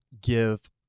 give